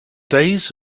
days